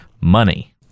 money